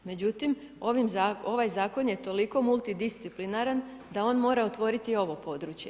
Međutim, ovaj zakon je toliko multidisciplinaran, da on mora otvoriti ovo područje.